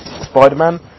Spider-Man